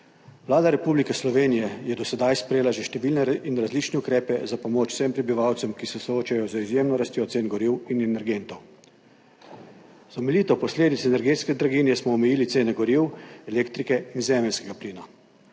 Vlada Republike Slovenije je do sedaj sprejela že številne in različne ukrepe za pomoč vsem prebivalcem, ki se soočajo z izjemno rastjo cen goriv in energentov. Za omilitev posledic energetske draginje smo omejili cene goriv, elektrike in zemeljskega plina,